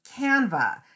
Canva